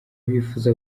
bifuza